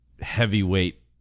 heavyweight